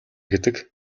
гэдэг